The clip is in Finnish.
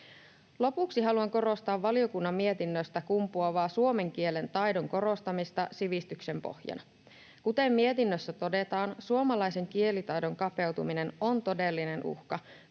Lopuksi haluan korostaa valiokunnan mietinnöstä kumpuavaa suomen kielen taidon korostamista sivistyksen pohjana. Kuten mietinnössä todetaan, suomalaisten kielitaidon kapeutuminen on todellinen uhka,